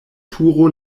turo